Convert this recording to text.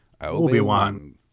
Obi-Wan